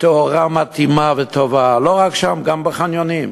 תאורה מתאימה וטובה, לא רק שם, גם בחניונים.